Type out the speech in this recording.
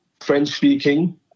French-speaking